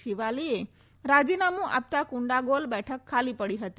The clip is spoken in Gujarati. શિવાલીએ રાજીનામું આપતાં કુંડાગોલ બેઠક ખાલી પડી હતી